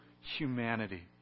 humanity